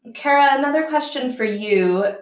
kara, another question for you.